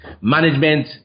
management